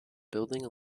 building